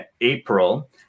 April